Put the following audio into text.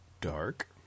Dark